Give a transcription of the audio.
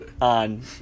on